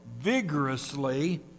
vigorously